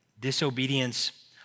Disobedience